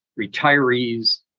retirees